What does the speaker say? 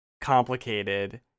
complicated